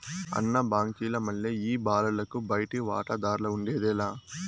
అన్న, బాంకీల మల్లె ఈ బాలలకు బయటి వాటాదార్లఉండేది లా